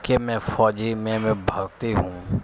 کہ میں فوجی میں بھرتی ہوں